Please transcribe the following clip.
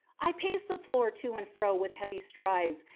i paced the floor to and fro with heavy strides,